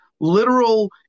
literal